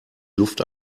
luft